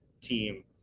team